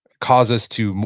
cause us to,